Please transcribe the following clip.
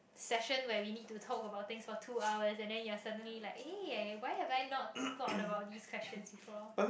session where we need to talk about things for two hours and then you're suddenly like eh why have I not thought about this question before